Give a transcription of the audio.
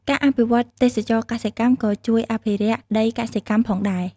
ការអភិវឌ្ឍទេសចរណ៍កសិកម្មក៏ជួយអភិរក្សដីកសិកម្មផងដែរ។